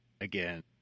again